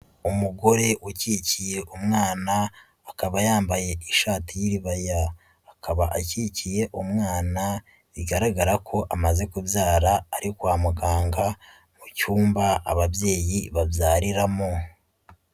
Umugore ukikiye umwana akaba yambaye ishati y'iribaya, akaba akikiye umwana bigaragara ko amaze kubyara ari kwa muganga mu cyumba ababyeyi babyariramo.